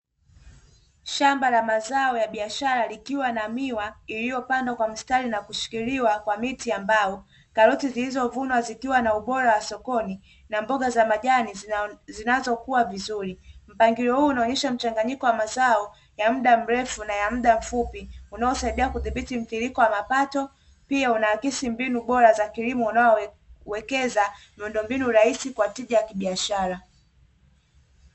Shamba la mazao ya biashara likiwa na miwa iliyopandwa kwa mistari na kushikiliwa kwa miti ya mbao, karoti zilizovunwa zikiwa na ubora wa sokoni na mboga za majani zinazokuwa vizuri . Mpangilio huu unaonyesha mchanganyiko wa mazao ya muda mrefu na ya muda mfupi, unaosaidia kudhibiti mtiririko wa mapato, pia unaakisi mbinu bora za kilimo unaowekeza miundombinu rahisi kwa tija kibiashara.